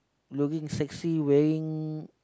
looking sexy wearing